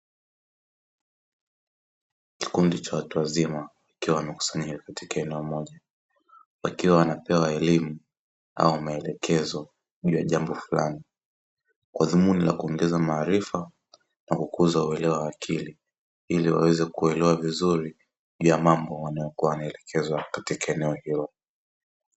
Kikundi cha watu wazima kikiwa kimekusanya katika eneo moja wakiwa wanapewa elimu au maelekezo juu ya jambo fulani kwa dhumuni la kuongeza maarifa na kukuza uelewa wa akili , iliwaweze kuelewa vizuri juu ya mambo ya mambo yanayokuwa wanaelekezwa katika eneo hilo.